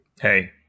Hey